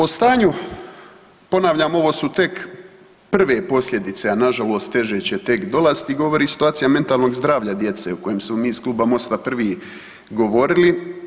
O stanju, ponavljam ovo su tek prve posljedice, a nažalost teže će tek dolaziti govori situacija mentalnog zdravlja djece o kojem smo mi iz Kluba MOST-a prvi govorili.